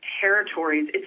Territories